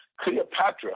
Cleopatra